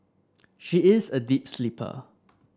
she is a deep sleeper